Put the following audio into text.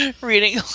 Reading